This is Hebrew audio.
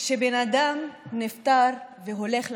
כשבן אדם נפטר והולך לעולמו,